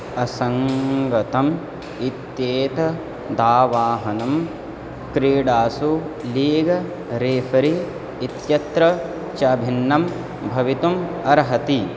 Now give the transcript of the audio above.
असङ्गतम् इत्येतत् दावाहनं क्रीडासु लीग् रेफ़री इत्यत्र च भिन्नं भवितुम् अर्हति